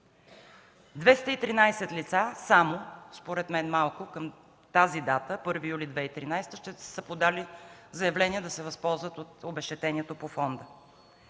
213 лица – според мен са малко, към тази дата – първи юли 2013 г., са подали заявления да се възползват от обезщетенията по фонда.